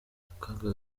akaga